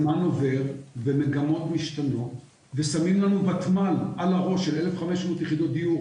הזמן עובר ומגמות משתנות ושמים לנו ותמ"ל על הראש של 1,500 יחידות דיור